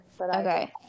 Okay